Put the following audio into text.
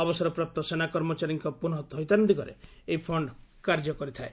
ଅବସର ପ୍ରାପ୍ତ ସେନା କର୍ମଚାରୀଙ୍କ ପୁନଃ ଥଇଥାନ ଦିଗରେ ଏହି ଫଣ୍ଡ କାର୍ଯ୍ୟ କରିଥାଏ